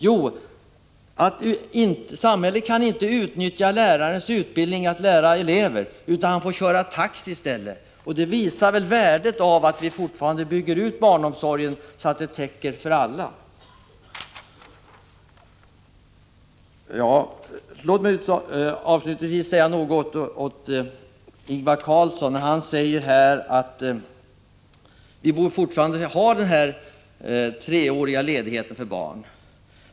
Jo, att samhället inte kan utnyttja den här lärarens utbildning att undervisa elever, utan han får köra taxi i stället. Det visar väl värdet av att vi fortfarande bygger ut barnomsorgen, så att den täcker behoven för alla. Avslutningsvis vill jag säga något till Ingvar Karlsson i Bengtsfors. Han anser att man borde ha rätt till tjänstledighet till dess barnet har fyllt tre år.